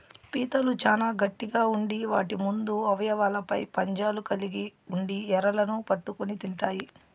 పీతలు చానా గట్టిగ ఉండి వాటి ముందు అవయవాలపై పంజాలు కలిగి ఉండి ఎరలను పట్టుకొని తింటాయి